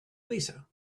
lisa